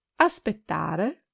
aspettare